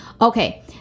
Okay